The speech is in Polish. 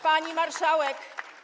Pani Marszałek!